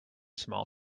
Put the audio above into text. small